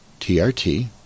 TRT